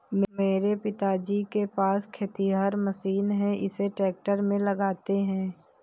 मेरे पिताजी के पास खेतिहर मशीन है इसे ट्रैक्टर में लगाते है